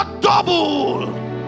double